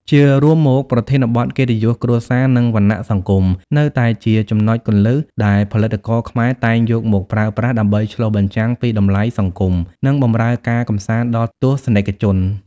ជារួមមក ប្រធានបទ កិត្តិយសគ្រួសារ និងវណ្ណៈសង្គម នៅតែជាចំណុចគន្លឹះដែលផលិតករខ្មែរតែងយកមកប្រើប្រាស់ដើម្បីឆ្លុះបញ្ចាំងពីតម្លៃសង្គម និងបម្រើការកម្សាន្តដល់ទស្សនិកជន។